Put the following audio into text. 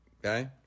Okay